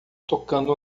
tocando